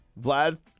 Vlad